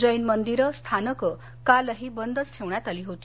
जेन मंदीरं स्थानकं कालही बंदच ठेवण्यात आली होती